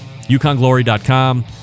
Yukonglory.com